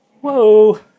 whoa